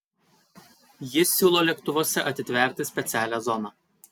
ji siūlo lėktuvuose atitverti specialią zoną